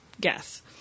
guess